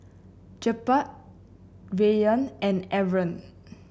Jebat Rayyan and Aaron